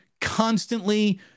constantly